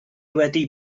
wedi